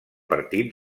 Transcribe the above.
partit